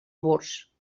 murs